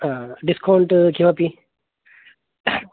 आ डिस्कौण्ट् किमपि